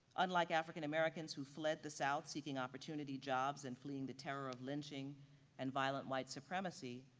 unlike african americans who fled the south, seeking opportunity jobs and fleeing the terror of lynching and violent white supremacy,